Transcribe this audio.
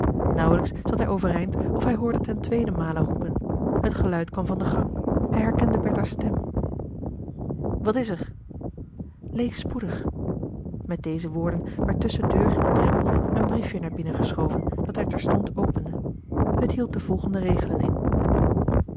nauwelijks zat hij overeind of hij hoorde ten tweede male roepen het geluid kwam van den gang hij herkende bertha's stem wat is er lees spoedig met deze woorden werd tusschen deur en drempel een briefje naar binnen geschoven dat hij terstond opende het hield de volgende regelen in